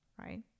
right